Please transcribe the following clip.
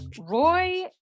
Roy